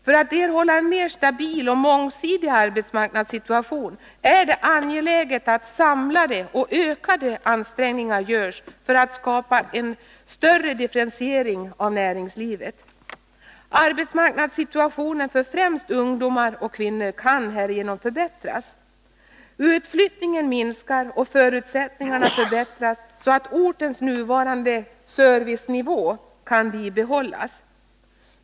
För att erhålla en mer stabil och mångsidig arbetsmarknadssituation är det angeläget att samlade och ökade ansträngningar görs för att skapa en större differentiering av näringslivet. Arbetsmarknadssituationen för främst ungdomar och kvinnor kan härigenom förbättras. Utflyttningen minskar och förutsättningarna förbättras så att orternas nuvarande servicenivå kan bibehållas.